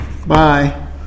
Bye